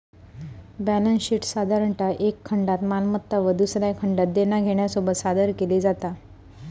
balance शीटसाधारणतः एका खंडात मालमत्ता व दुसऱ्या खंडात देना घेण्यासोबत सादर केली जाता